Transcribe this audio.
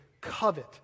covet